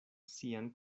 sian